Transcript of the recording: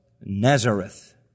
Nazareth